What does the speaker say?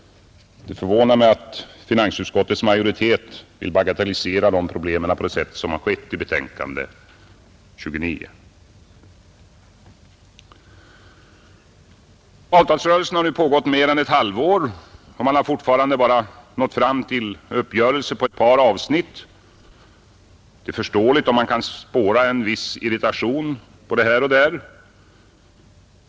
Det förvånar mig att finansutskottets majoritet vill bagatellisera de problemen på det sätt som skett i betänkandet nr 29. Avtalsrörelsen har nu pågått mer än ett halvår och man har fortfarande bara nått fram till uppgörelse på ett par avsnitt. Det är förståeligt om en viss irritation kan spåras både här och där.